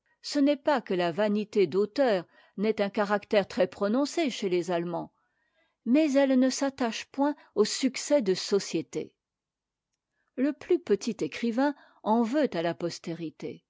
ce n'est pas que la vanité d'auteur n'ait un caractère très prononcé chez tes allemands mais elle ne s'attache point aux succès de société le plus petit écrivain en veut à la postérité